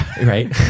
Right